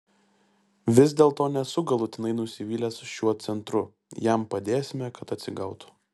vis dėlto nesu galutinai nusivylęs šiuo centru jam padėsime kad atsigautų